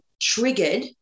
triggered